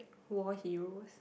war heroes